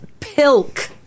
pilk